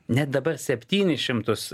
net dabar septynis šimtus